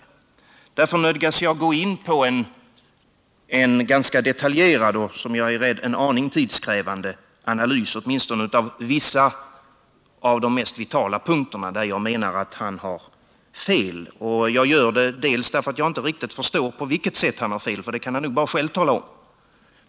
Därför nödgas jag göra en ganska detaljerad och en aning tidskrävande analys på vissa av de mest vitala punkterna, där jag menar att Gösta Bohman har fel. Jag gör det därför att jag inte riktigt förstår på vilket sätt han har fel — det kan han nog bara själv tala om.